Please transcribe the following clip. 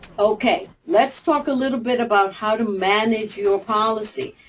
okay. let's talk a little bit about how to manage your policy.